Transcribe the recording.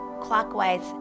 clockwise